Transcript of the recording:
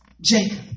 Jacob